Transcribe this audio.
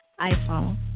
iPhone